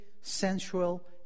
sensual